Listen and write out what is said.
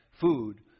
food